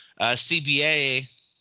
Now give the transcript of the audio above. CBA